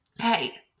Hey